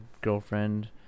girlfriend